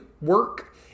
work